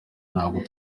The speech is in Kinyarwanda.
ntabwo